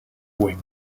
wing